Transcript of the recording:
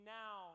now